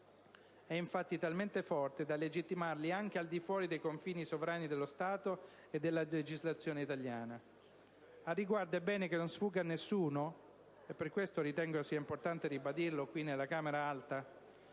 è, infatti, talmente forte da legittimarli anche al di fuori dei confini sovrani dello Stato e della legislazione italiana. Al riguardo, è bene che non sfugga a nessuno - e per questo ritengo sia importante ribadirlo qui, nella Camera alta